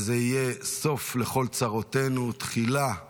וזה יהיה סוף לכל צרותינו, תחילה לניצחוננו,